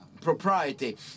propriety